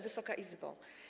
Wysoka Izbo!